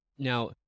Now